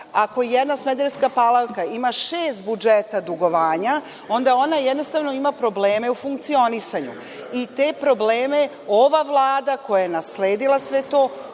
ako jedna Smederevska Palanka ima šest budžeta dugovanja, onda ona ima probleme u funkcionisanju. Te probleme ova Vlada koja je nasledila sve to,